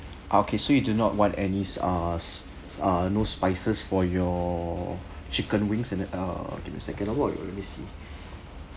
okay so you do not want any ah ah no spices for your chicken wings and uh give me a second ah let me see